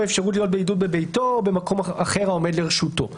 אפשרות להיות בבידוד בביתו או במקום אחר העומד לרשותו.